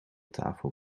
tafel